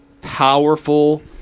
powerful